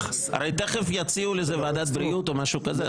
תכף יציעו לזה ועדת בריאות או משהו כזה.